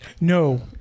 No